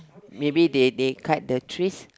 maybe they they cut the trees